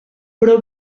però